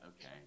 Okay